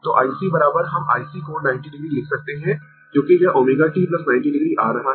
तो IC हम IC कोण 90 o लिख सकते है क्योंकि यह ω t 90 o आ रहा है